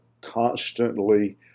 constantly